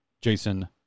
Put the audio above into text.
Jason